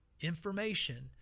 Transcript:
information